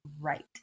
right